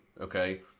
okay